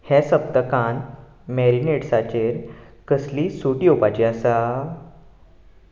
हे सप्तकान मॅरिनेड्साचेर कसलीय सूट येवपाची आसा